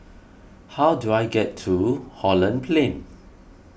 how do I get to Holland Plain